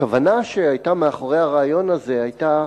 הכוונה מאחורי הרעיון הזה היתה,